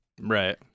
Right